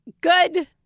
good